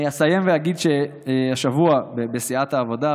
אני אסיים ואגיד שהשבוע בסיעת העבודה,